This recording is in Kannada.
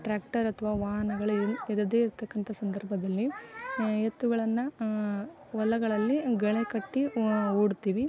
ಟ್ರ್ಯಾಕ್ಟರ್ ಅಥವಾ ವಾಹನಗಳೇನು ಇರದೇ ಇರ್ತಕ್ಕಂತ ಸಂದರ್ಭದಲ್ಲಿ ಎತ್ತುಗಳನ್ನು ಹೊಲಗಳಲ್ಲಿ ಗಳೆ ಕಟ್ಟಿ ಹೂಡ್ತಿವಿ